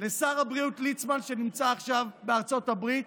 לשר הבריאות ליצמן, שנמצא עכשיו בארצות הברית,